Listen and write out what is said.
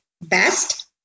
best